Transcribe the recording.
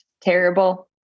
terrible